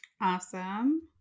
awesome